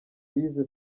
bize